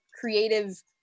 creative